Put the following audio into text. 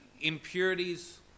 impurities